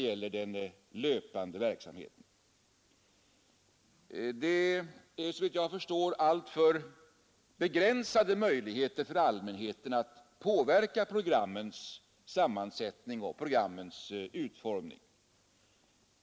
Allmänheten har såvitt jag förstår alltför begränsade möjligheter att påverka programmens sammansättning och utformning.